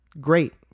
great